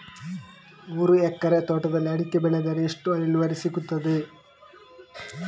ಮೂರು ಎಕರೆ ತೋಟದಲ್ಲಿ ಅಡಿಕೆ ಬೆಳೆದರೆ ಎಷ್ಟು ಇಳುವರಿ ಸಿಗುತ್ತದೆ?